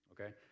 Okay